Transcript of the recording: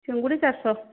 ଚିଙ୍ଗୁଡ଼ି ଚାରିଶହ